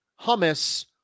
hummus